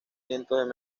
cientos